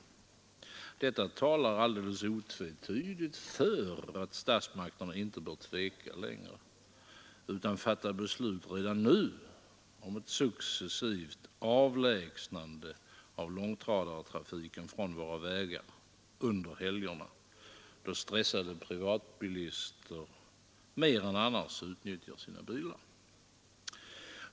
Detta talar alldeles otvetydigt för att statsmakterna inte bör tveka längre utan fatta beslut redan nu om ett successivt avlägsnande av långtradartrafiken från våra vägar under helgerna, då stressade privatbilister mer än eljest utnyttjar sina bilar.